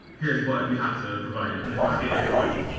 here is what you have to provide. a negotiate end point.